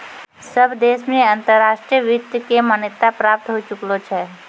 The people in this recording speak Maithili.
सब देश मे अंतर्राष्ट्रीय वित्त के मान्यता प्राप्त होए चुकलो छै